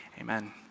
amen